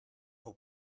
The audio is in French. pour